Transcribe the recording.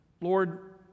Lord